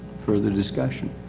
further discussion.